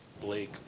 blake